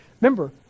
Remember